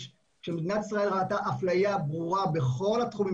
כשמדינת ישראל ראתה אפליה ברורה בכל התחומים